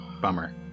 Bummer